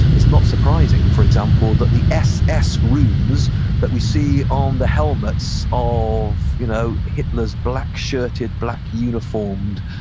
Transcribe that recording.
it's not surprising, for example, that the ss runes that we see on the helmets of you know hitler's black-shirted, black-uniformed,